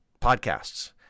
Podcasts